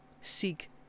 Seek